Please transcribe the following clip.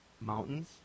mountains